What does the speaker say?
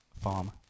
Farm